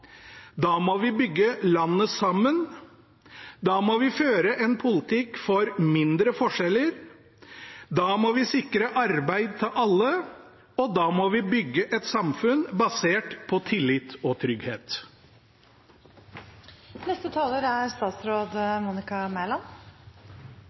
Da må vi bygge landet sammen. Da må vi føre en politikk for mindre forskjeller. Da må vi sikre arbeid til alle, og da må vi bygge et samfunn basert på tillit og trygghet. Vi er